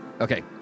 Okay